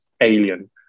Alien